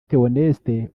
theoneste